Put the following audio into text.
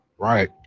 Right